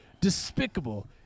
Despicable